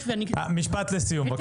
משפט לסיום בבקשה.